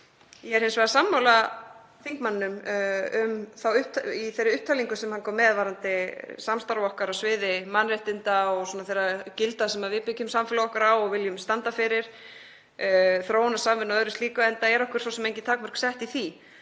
Ég er hins vegar sammála þingmanninum um þá upptalningu sem hann kom með varðandi samstarf okkar á sviði mannréttinda og þeirra gilda sem við byggjum samfélag okkar á og viljum standa fyrir, þróunarsamvinnu og öðru slíku, enda er okkur svo sem engin takmörk sett í því.